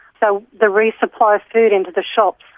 so the resupply of food into the shops,